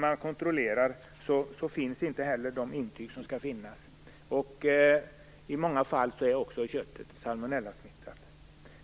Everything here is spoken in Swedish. Vid kontroller har de intyg som skall finnas saknats. I många fall är också köttet salmonellasmittat.